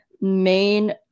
main